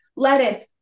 lettuce